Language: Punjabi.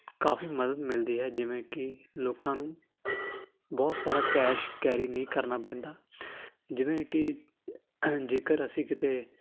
ਕਾਫ਼ੀ ਮਦਦ ਮਿਲਦੀ ਹੈ ਜਿਵੇਂ ਕਿ ਲੋਕਾਂ ਨੂੰ ਬਹੁਤ ਸਾਰਾ ਕੈਸ਼ ਕੈਰੀ ਨਹੀਂ ਕਰਨਾ ਪੈਂਦਾ ਜਿਵੇਂ ਕਿ ਜੇਕਰ ਅਸੀਂ ਕਿਤੇ